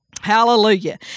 Hallelujah